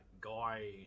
guy